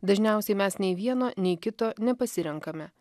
dažniausiai mes nei vieno nei kito nepasirenkame